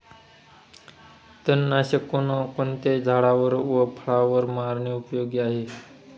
तणनाशक कोणकोणत्या झाडावर व फळावर मारणे उपयोगी आहे?